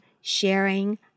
sharing